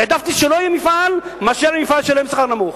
העדפתי שלא יהיה מפעל ושלא יהיה מפעל שישלם שכר נמוך.